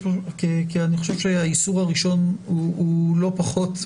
חושב שהאיסור הראשון הוא לא פחות.